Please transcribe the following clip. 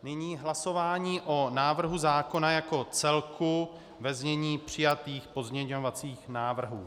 Nyní hlasování o návrhu zákona jako celku ve znění přijatých pozměňovacích návrhů.